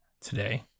today